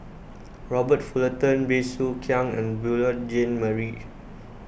Robert Fullerton Bey Soo Khiang and Beurel Jean Marie